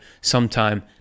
sometime